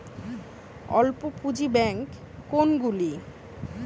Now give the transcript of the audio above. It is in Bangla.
অল্প পুঁজি ব্যাঙ্ক কোনগুলি?